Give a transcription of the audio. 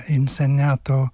insegnato